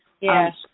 Yes